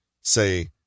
say